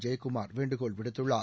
ஜெயக்குமார் வேண்டுகோள் விடுத்துள்ளார்